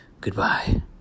Goodbye